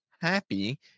happy